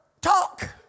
Talk